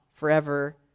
forever